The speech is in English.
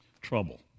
trouble